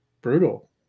brutal